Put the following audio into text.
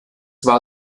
war